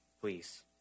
Please